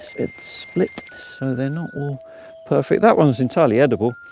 it's split. so they're not all perfect that one's entirely edible.